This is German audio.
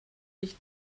ich